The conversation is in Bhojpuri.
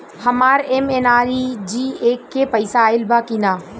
हमार एम.एन.आर.ई.जी.ए के पैसा आइल बा कि ना?